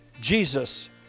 Jesus